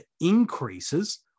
increases